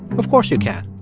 of course you can.